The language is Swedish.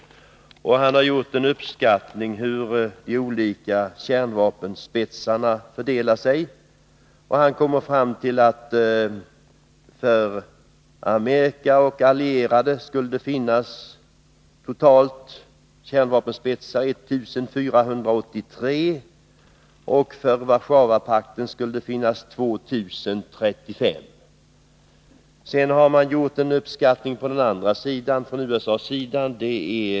Han har gjort en uppskattning av hur de olika kärnvapenspetsarna fördelar sig. Han kommer fram till att Amerika och de allierade skulle ha totalt 1 483 kärnvapenspetsar medan Warszawapakten skulle ha 2 035. Sedan har det gjorts en uppskattning från USA:s sida.